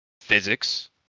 physics